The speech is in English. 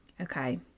Okay